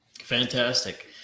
Fantastic